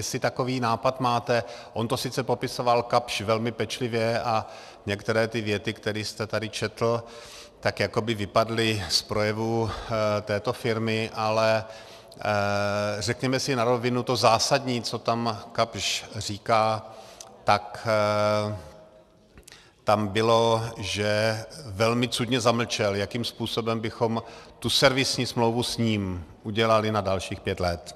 Jestli takový nápad máte, on to sice popisoval Kapsch velmi pečlivě a některé věty, které jste tady četl, tak jako by vypadly z projevu této firmy, ale řekněme si na rovinu, to zásadní, co tam Kapsch říká, tam bylo, že velmi cudně zamlčel, jakým způsobem bychom servisní smlouvu s ním udělali na dalších pět let.